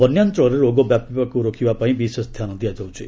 ବନ୍ୟାଞ୍ଚଳରେ ରୋଗ ବ୍ୟାପିବାକୁ ରୋକିବା ପାଇଁ ବିଶେଷ ଧ୍ୟାନ ଦିଆଯାଉଛି